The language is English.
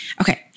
Okay